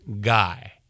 guy